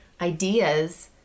ideas